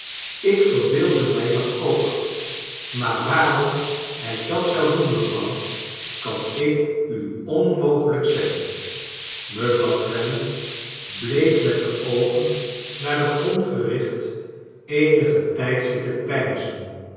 ik verbeeldde mij dat oak maar waarom hij dat zou doen mevrouw kan ik u onmogelijk zeggen mevrouw olennam bleef met de oogen naar den grond gerioht eenigen tijd zitten peinzen